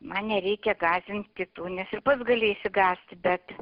man nereikia gąsdint kitų nes ir pats gali išsigąsti bet